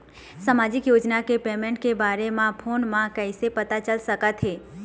सामाजिक योजना के पेमेंट के बारे म फ़ोन म कइसे पता चल सकत हे?